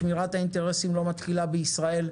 שמירת האינטרסים לא מתחילה בישראל,